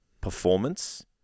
performance